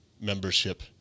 membership